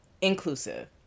inclusive